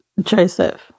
Joseph